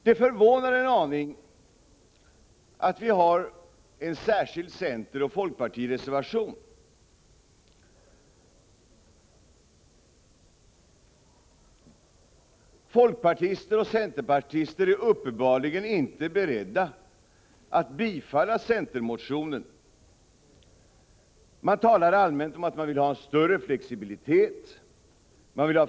Det förvånar en aning att det finns en särskild centeroch folkpartireservation. Folkpartister och centerpartister är uppenbarligen inte beredda att biträda centermotionen. De talar allmänt om att de vill ha en större flexibilitet.